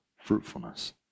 fruitfulness